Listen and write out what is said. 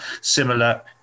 similar